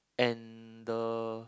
and the